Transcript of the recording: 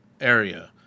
area